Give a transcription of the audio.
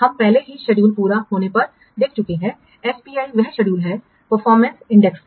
हम पहले ही शेड्यूल पूरा होने पर देख चुके हैं एसपीआई वह शेड्यूल है परफॉर्मेंस इंडेक्स